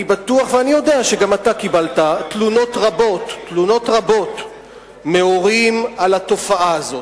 אני בטוח ואני יודע שגם אתה קיבלת תלונות רבות מהורים על התופעה הזאת.